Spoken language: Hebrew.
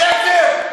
זה שקר,